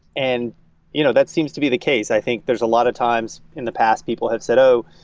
and you know that seems to be the case. i think there's a lot of times in the past people have said, oh,